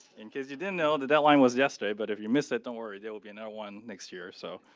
in case you didn't know, the deadline was yesterday but if you missed it don't worry, there will be another one next year. so